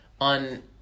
on